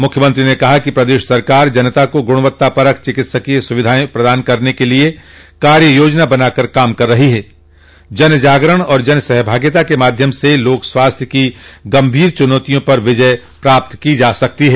मुख्यमंत्री ने कहा कि प्रदेश सरकार जनता को गुणवत्ता परक चिकित्सीय सुविधाएं प्रदान करने के लिये कार्य योजना बनाकर काम कर रहो हैं जन जागरण और जन सहभागिता क माध्यम से लोक स्वास्थ्य की गंभीर चुनौतियों पर विजय प्राप्त की जा सकती है